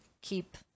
keep